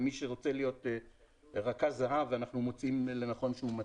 למי שרוצה להיות רכז זה"ב ואנחנו מוצאים לנכון שהוא מתאים.